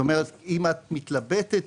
אם את מתלבטת,